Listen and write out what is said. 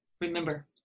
Remember